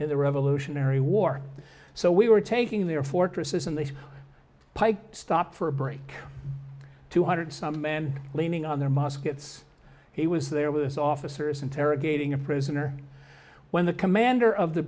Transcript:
in the revolutionary war so we were taking their fortresses and they pike stopped for a break two hundred some men leaning on their muskets he was there with us officers interrogating a prisoner when the commander of the